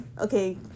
okay